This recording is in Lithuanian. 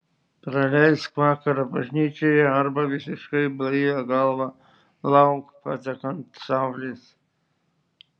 praleisk vakarą bažnyčioje arba visiškai blaivia galva lauk patekant saulės